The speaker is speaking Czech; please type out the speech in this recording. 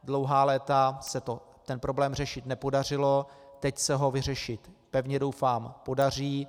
Dlouhá léta se ten problém řešit nepodařilo, teď se ho vyřešit, pevně doufám, podaří.